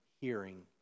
hearing